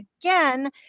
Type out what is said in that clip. again